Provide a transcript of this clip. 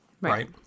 right